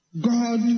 God